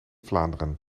vlaanderen